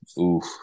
Oof